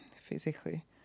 physically